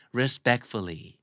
respectfully